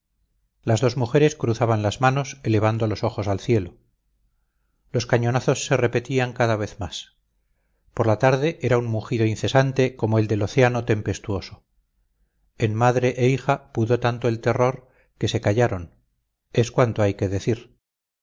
las dos mujeres cruzaban las manos elevando los ojos al cielo los cañonazos se repetían cada vez más por la tarde era un mugido incesante como el del océano tempestuoso en madre e hija pudo tanto el terror que se callaron es cuanto hay que decir